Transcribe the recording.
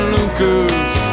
Lucas